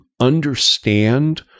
understand